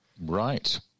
Right